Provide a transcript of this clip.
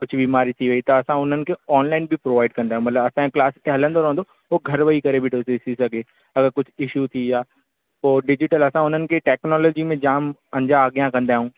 कुझु बीमारी थी वई त असां हुननि खे ऑनलाइन बि प्रोवाइड कंदा आहियूं मतिलबु असांजो क्लास हलंदो रहंदो पोइ घर वेई करे बि ॾिसी सघे अगरि कुझु इशू थी वियो पोइ डिजिटल असां हुननि खे टेक्नोलोजी में जाम अञा अॻियां कंदा आहियूं